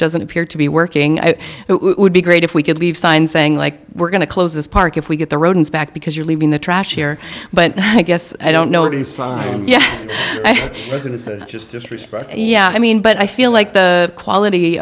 doesn't appear to be working it would be great if we could leave signs saying like we're going to close this park if we get the rodents back because you're leaving the trash here but i guess i don't know it is yeah yeah i mean but i feel like the quality